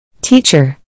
Teacher